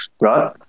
right